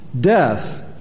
death